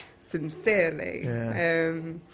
sincerely